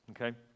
Okay